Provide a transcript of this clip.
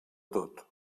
tot